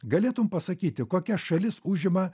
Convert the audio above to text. galėtum pasakyti kokia šalis užima